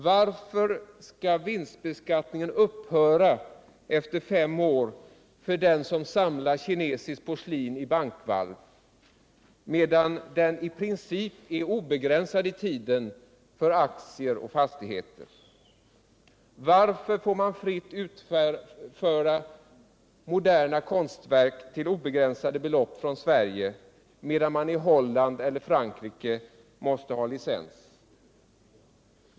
Varför skall vinstbeskattningen upphöra efter fem år för den som samlar kinesiskt porslin i bankvalv, medan den i princip är obegränsad i tiden för aktier och fastigheter? Varför får man fritt utföra moderna konstverk till obegränsade belopp från Sverige, medan man i Holland och Frankrike måste ha licens?